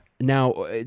Now